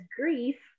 grief